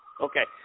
Okay